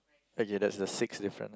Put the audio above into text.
okay that's the sixth difference